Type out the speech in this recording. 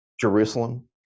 Jerusalem